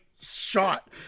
shot